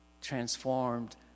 transformed